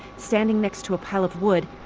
standing next to a pile of wood,